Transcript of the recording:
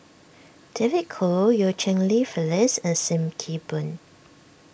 David Kwo Eu Cheng Li Phyllis and Sim Kee Boon